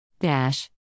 Dash